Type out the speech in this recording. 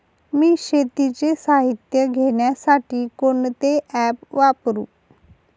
मी शेतीचे साहित्य घेण्यासाठी कोणते ॲप वापरु?